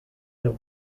have